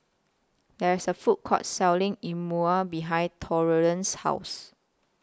There IS A Food Court Selling E moor behind Torrance's House